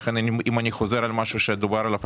ולכן אם אני חוזר על משהו שדובר עליו,